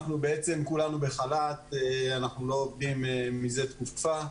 כולנו בחל"ת, אנחנו לא עובדים מזה תקופה.